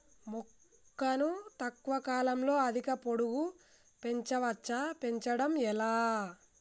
మొక్కను తక్కువ కాలంలో అధిక పొడుగు పెంచవచ్చా పెంచడం ఎలా?